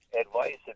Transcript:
advice